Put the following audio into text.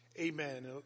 Amen